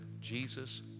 Jesus